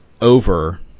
over